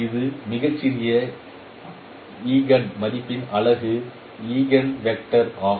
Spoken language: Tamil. இது மிகச்சிறிய ஈஜென் மதிப்பின் அலகு ஈஜென் திசையன் ஆகும்